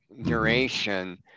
duration